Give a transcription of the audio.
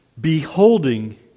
beholding